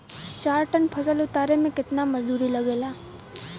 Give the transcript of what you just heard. चार टन फसल उतारे में कितना मजदूरी लागेला?